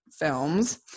films